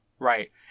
Right